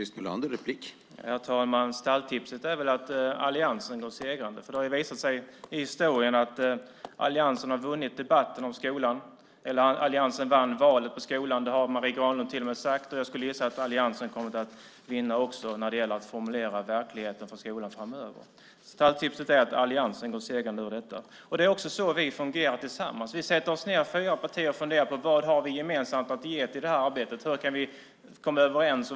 Herr talman! Stalltipset är att alliansen går segrande ur det här. Det har visat sig i historien att alliansen har vunnit debatten om skolan. Alliansen vann valet på skolan; det har till och med Marie Granlund sagt. Jag skulle gissa att alliansen kommer att vinna också när det gäller att formulera verkligheten för skolan framöver. Stalltipset är att alliansen går segrande ur detta. Det är också så vi fungerar tillsammans. Vi sätter oss ned - fyra partier - och funderar på vad vi har gemensamt att ge till det här arbetet. Hur kan vi komma överens?